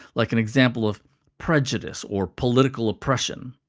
like an example of prejudice or political oppression.